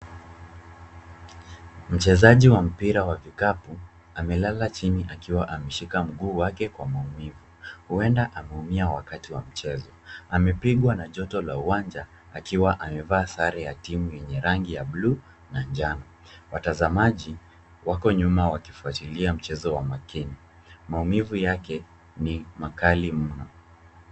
Mchezaji wa mpira wa vikapu, amelala chini akiwa ameshika mguu wake kwa maumivu. Huenda ameumia wakati wa mchezo. Amepigwa na joto la uwanja akiwa amevaa sare ya timu yenye rangi ya blue na njano. Watazamaji, wako nyuma wakifuatilia mchezo wa makini. Maumivu yake ni makaliu.